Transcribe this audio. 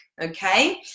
okay